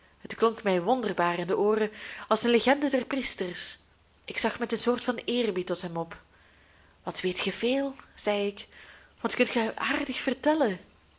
het klonk mij wonderbaar in de ooren als een legende der priesters ik zag met een soort van eerbied tot hem op wat weet ge veel zei ik wat kunt ge aardig vertellen